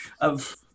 of-